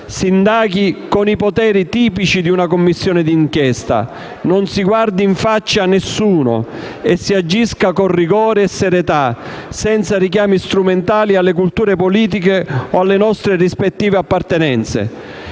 indaghi con i poteri tipici di una Commissione d'inchiesta, non si guardi in faccia a nessuno e si agisca con rigore e serietà, senza richiami strumentali alle culture politiche o alle nostre rispettive appartenenze.